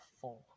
four